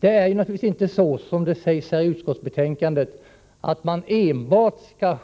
Det är naturligtvis inte så, vilket sägs i utskottsbetänkandet, att man enbart skall